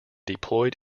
deployed